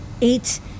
eight